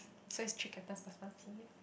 so is three captains plus one senior